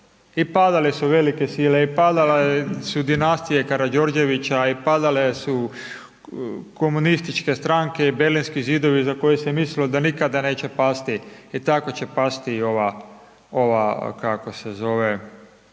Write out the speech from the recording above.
I padale su velike sile i padale su dinastije Karadžordževića i padale su komunističke stranke i Berlinski zidovi za koje se mislimo da nikada neće pasti, e tako će pasti i ova